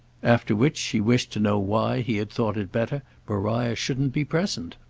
after which she wished to know why he had thought it better maria shouldn't be present.